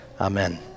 Amen